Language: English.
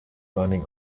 running